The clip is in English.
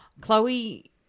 Chloe